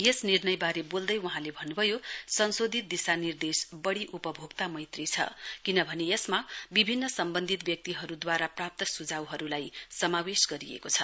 यस निर्णयवारे बोल्दै वहाँले भन्नभयो संशोधित दिशानिर्देश वढी उपभोक्ता मैत्री छ किनभने यसमा विभिन्न सम्वन्धित व्यक्तिहरु द्वारा प्राप्त सुझाउहरुलाई समावेश गरिएको छ